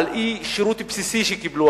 על אי-מתן שירות בסיסי לאזרחים.